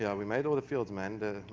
yeah we made all the fields mandatory.